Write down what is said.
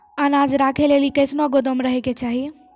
अनाज राखै लेली कैसनौ गोदाम रहै के चाही?